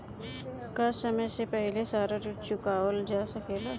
का समय से पहले सारा ऋण चुकावल जा सकेला?